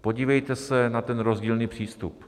Podívejte se na ten rozdílný přístup.